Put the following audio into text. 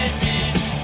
beach